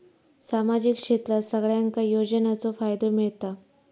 सामाजिक क्षेत्रात सगल्यांका योजनाचो फायदो मेलता?